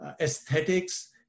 aesthetics